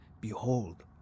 Behold